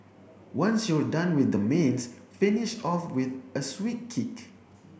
once you're done with the mains finish off with a sweet kick